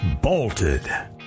bolted